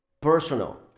personal